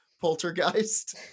poltergeist